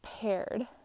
paired